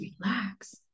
relax